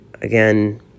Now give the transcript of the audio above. again